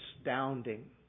astounding